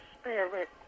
Spirit